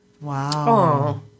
Wow